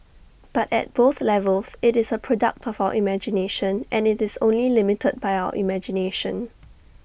but at both levels IT is A product of our imagination and IT is only limited by our imagination